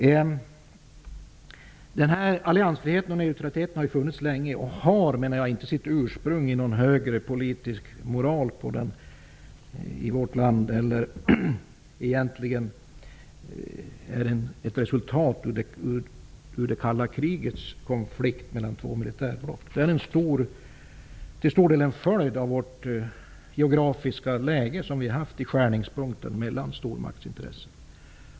Sverige har länge haft alliansfrihet och neutralitet. Men det har inte sitt ursprång i någon högre politisk moral i vårt land utan är egentligen ett resultat av det kalla krigets konflikt mellan två militärblock. Vår alliansfrihet och neutralitet är till stor del en följd av det geografiska läge som vi har och som har varit skärningspunkten mellan stormaktsintressen.